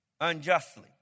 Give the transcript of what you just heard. unjustly